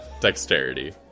dexterity